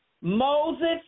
Moses